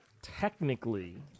technically